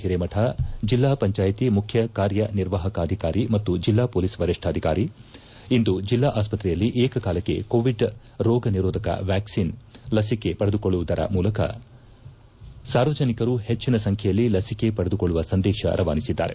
ಹಿರೇಮಠ ಜಿಲ್ಲಾ ಪಂಚಾಯಿತ ಮುಖ್ಯ ಕಾರ್ಯನಿರ್ವಾಹಕಾಧಿಕಾರಿ ಮತ್ತು ಜಿಲ್ಲಾ ಪೊಲೀಸ್ ವರಿಷ್ಠಾಧಿಕಾರಿ ಇಂದು ಜೆಲ್ಲಾ ಆಸ್ಪತ್ರೆಯಲ್ಲಿ ಏಕಕಾಲಕ್ಕೆ ಕೋವಿಡ್ ರೋಗ ನಿರೋಧಕ ಕೋವ್ಯಾಕ್ಲಿನ್ ಲಸಿಕೆ ಪಡೆದುಕೊಳ್ಳುವುದರ ಮೂಲಕ ಸಾರ್ವಜನಿಕರು ಹೆಚ್ಚಿನ ಸಂಖ್ಯೆಯಲ್ಲಿ ನಸಿಕೆ ಪಡೆದುಕೊಳ್ಳುವ ಸಂದೇಶ ರವಾನಿಸಿದ್ದಾರೆ